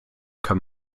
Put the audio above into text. kann